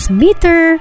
meter